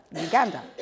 Uganda